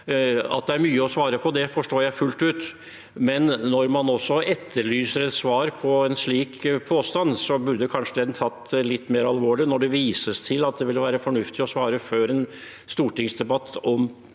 At det er mye å svare på, forstår jeg fullt ut, men når man etterlyser et svar på en slik påstand, burde den kanskje blitt tatt litt mer alvorlig når det vises til at det ville være fornuftig å svare før stortingsdebatten